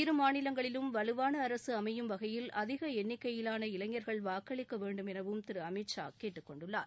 இருமாநிலங்களிலும் வலுவான அரசு அமையும் வகையில் அதிக எண்ணிக்கையிலான இளைஞர்கள் வாக்களிக்க வேண்டும் என அமித்ஷா கேட்டுக்கொண்டுள்ளார்